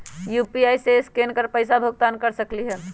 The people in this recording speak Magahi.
यू.पी.आई से स्केन कर पईसा भुगतान कर सकलीहल?